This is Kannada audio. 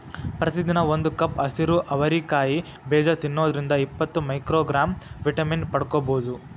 ಪ್ರತಿದಿನ ಒಂದು ಕಪ್ ಹಸಿರು ಅವರಿ ಕಾಯಿ ಬೇಜ ತಿನ್ನೋದ್ರಿಂದ ಇಪ್ಪತ್ತು ಮೈಕ್ರೋಗ್ರಾಂ ವಿಟಮಿನ್ ಪಡ್ಕೋಬೋದು